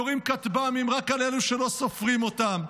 יורים כטב"מים רק על אלה שלא סופרים אותם,